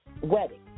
wedding